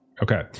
Okay